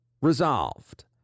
Resolved